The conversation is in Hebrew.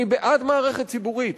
אני בעד מערכת ציבורית.